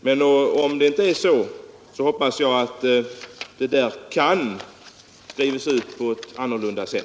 Men om det inte är löst hoppas jag att ordet ”kan” byts ut mot ett annat ord.